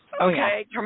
Okay